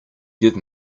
give